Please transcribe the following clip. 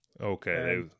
Okay